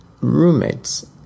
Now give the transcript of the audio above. roommates